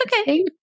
okay